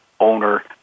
owner